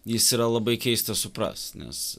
jis yra labai keistas suprast nes